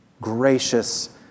gracious